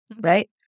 right